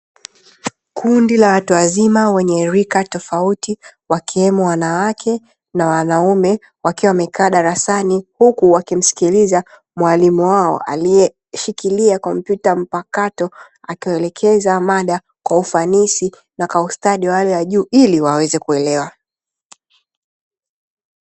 Kundi la watu wazima wenye rika tofauti wakiwemo wanawake na wanaume, wakiwa wamekaa darasani huku wakimsikiliza mwalimu wao aliyeshikilia kompyuta mpakato, akiwaelekeza mada kwa ufanisi na ustadi wa hali ya juu ili waweze kuelewa.